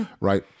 right